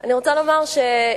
אני רוצה לומר שיש